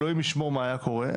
אלוהים ישמור מה היה קורה.